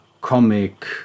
comic